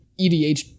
EDH